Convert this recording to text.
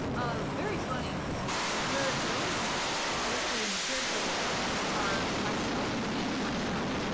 very funny her grandparents listed in the character window are myself and myself